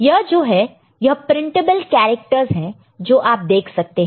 यह जो है यह प्रिंटेबल कैरेक्टरस है जो आप देख सकते हैं